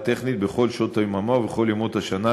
טכנית בכל שעות היממה ובכל ימות השנה,